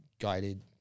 guided